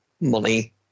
money